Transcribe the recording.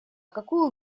какую